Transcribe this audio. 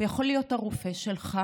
הוא יכול להיות הרופא שלך.